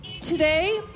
today